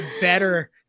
better